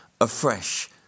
afresh